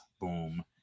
boom